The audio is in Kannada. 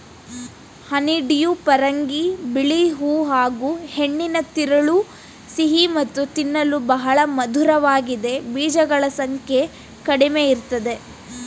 ಹನಿಡ್ಯೂ ಪರಂಗಿ ಬಿಳಿ ಹೂ ಹಾಗೂಹೆಣ್ಣಿನ ತಿರುಳು ಸಿಹಿ ಮತ್ತು ತಿನ್ನಲು ಬಹಳ ಮಧುರವಾಗಿದೆ ಬೀಜಗಳ ಸಂಖ್ಯೆ ಕಡಿಮೆಇರ್ತದೆ